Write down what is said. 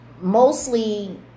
mostly